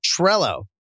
Trello